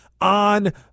on